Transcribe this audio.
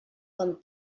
com